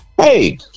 Hey